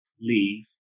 leave